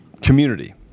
community